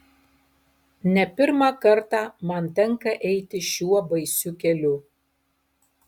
ne pirmą kartą man tenka eiti šiuo baisiu keliu